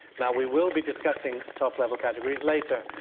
now, we will be discussing top level categories later,